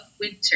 winter